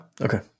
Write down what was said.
Okay